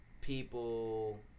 People